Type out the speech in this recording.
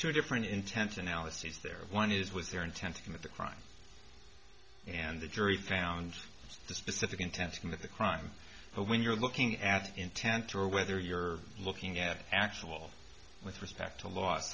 two different intense analyses there one is was their intent to commit the crime and the jury found the specific intent to commit a crime when you're looking at intent or whether you're looking at actual with respect to lo